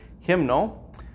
hymnal